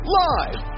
live